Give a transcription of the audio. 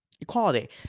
Equality